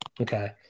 okay